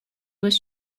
was